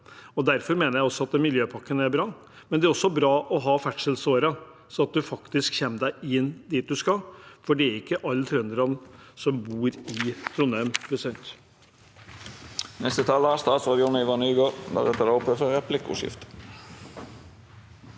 Derfor mener jeg også at Miljøpakken er bra, men det er også bra å ha ferdselsårer sånn at en faktisk kommer seg inn dit en skal, for det er ikke alle trøndere som bor i Trondheim.